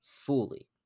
fully